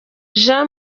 jean